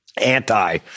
anti